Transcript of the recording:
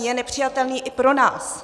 Je nepřijatelný i pro nás.